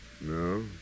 No